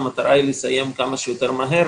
המטרה היא לסיים כמה שיותר מהר,